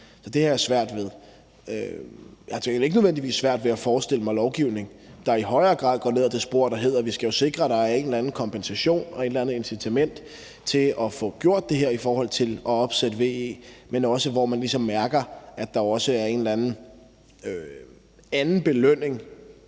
Jeg har til gengæld ikke nødvendigvis svært ved at forestille mig lovgivning, der i højere grad går ned ad det spor, der hedder, at vi skal sikre, at der er en eller anden kompensation og et eller andet incitament til at få gjort det her i forhold til at opsætte ve, men det handler også om, at man ligesom mærker, at der er en eller anden anden belønning